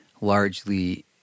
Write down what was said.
largely